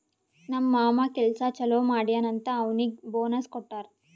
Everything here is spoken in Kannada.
ನಮ್ ಮಾಮಾ ಕೆಲ್ಸಾ ಛಲೋ ಮಾಡ್ಯಾನ್ ಅಂತ್ ಅವ್ನಿಗ್ ಬೋನಸ್ ಕೊಟ್ಟಾರ್